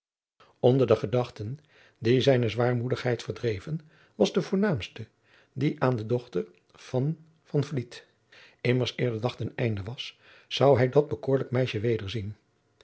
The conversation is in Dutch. onder de gedachten die zijne zwaarmoedigheid verdreven was de voornaamste die aan de dochter van van vliet immers eer de dag ten einde was zou hij dat bekoorlijk meisje wederzien